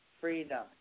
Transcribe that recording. Freedom